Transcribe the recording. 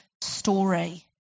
story